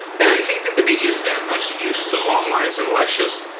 and i think that the media has gotten us used to long lines in elections.